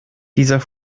dieser